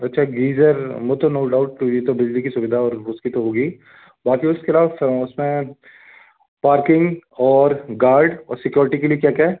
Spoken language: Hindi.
अच्छा गीज़र वो तो नो डाऊट फिर भी तो बिजली की सुविधा और उसकी तो होगी बाक़ी उसके अलावा उस में पार्किंग और गार्ड और सिक्योरिटी के लिए क्या क्या है